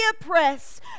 oppressed